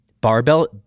Barbell